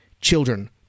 children